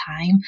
time